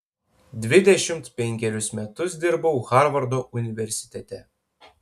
dvidešimt penkerius metus dirbau harvardo universitete